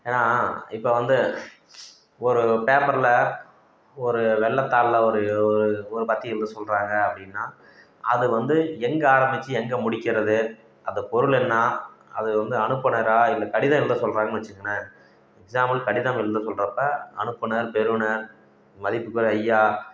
ஏன்னால் இப்போ வந்து ஒரு பேப்பரில் ஒரு வெள்ளைத்தாள்ல ஒரு ஒரு பத்தி எழுத சொல்கிறாங்க அப்படின்னா அது வந்து எங்கே ஆரம்பிச்சு எங்கே முடிக்கிறது அந்த பொருள் என்ன அது வந்து அனுப்புனரா இல்லை கடிதம் எழுத சொல்கிறாங்கன்னு வைச்சுங்களேன் எக்ஸாம்பிள் கடிதம் எழுத சொல்கிறப்ப அனுப்புனர் பெறுநர் மதிப்பிற்குரிய ஐயா